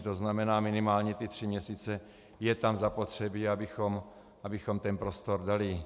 To znamená minimálně ty tři měsíce jsou tam zapotřebí, abychom ten prostor dali.